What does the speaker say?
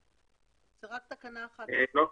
3. בסדר.